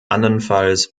anderenfalls